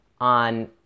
on